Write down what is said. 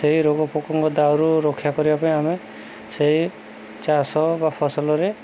ସେଇ ରୋଗ ପୋକଙ୍କ ଦାଉରୁ ରକ୍ଷା କରିବା ପାଇଁ ଆମେ ସେଇ ଚାଷ ବା ଫସଲରେ